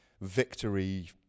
victory